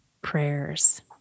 prayers